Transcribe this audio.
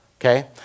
okay